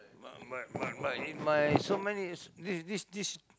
but but but but in my so many this this this